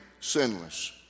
sinless